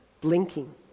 blinking